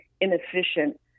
inefficient